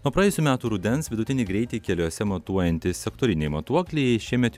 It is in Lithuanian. nuo praėjusių metų rudens vidutinį greitį keliuose matuojantys sektoriniai matuokliai šiemet jau